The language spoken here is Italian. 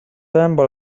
tempo